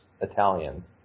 Italian